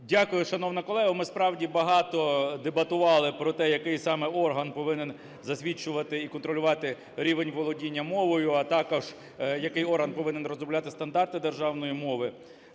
Дякую, шановна колего. Ми, справді, багато дебатували про те, який саме орган повинен засвідчувати і контролювати рівень володіння мовою, а також який орган повинен розробляти стандарти державної мови.